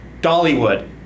Dollywood